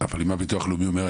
אבל אם הביטוח לאומי אומר,